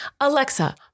Alexa